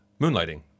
Moonlighting